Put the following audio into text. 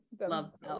love